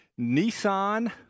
nissan